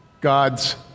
God's